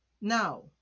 Now